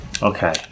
Okay